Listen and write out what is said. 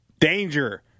Danger